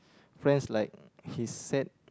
friends like he's sad